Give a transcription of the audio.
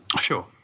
Sure